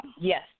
Yes